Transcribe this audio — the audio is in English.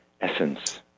essence